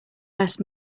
best